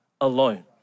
alone